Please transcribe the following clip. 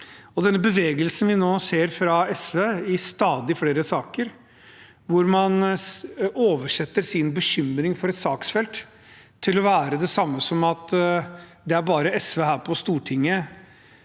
Den bevegelsen vi nå ser fra SV i stadig flere saker, hvor man «oversetter» sin bekymring for et saksfelt til å være det samme som at det bare er SV her på Stortinget